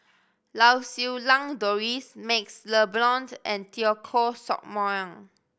Lau Siew Lang Doris MaxLe Blond and Teo Koh Sock Miang